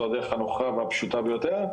זו הדרך הנוחה והפשוטה ביותר,